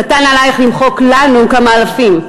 קטן עלייך למחוק לנו כמה אלפים.